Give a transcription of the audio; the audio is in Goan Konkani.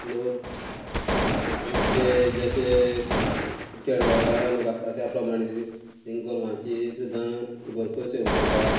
लोक आमचे जशे केडवळ गांवा लोक आसता त्या प्रमाणें ते तिंग गोरवांची सुद्दां भरपूर सेवा करतात